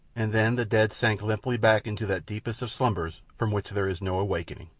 and then the dead sank limply back into that deepest of slumbers from which there is no awakening.